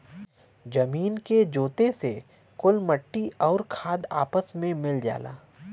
जमीन के जोते से कुल मट्टी आउर खाद आपस मे मिल जाला